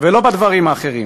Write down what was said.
או אחרים,